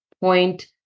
point